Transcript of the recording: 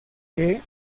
que